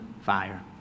fire